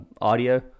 audio